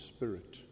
Spirit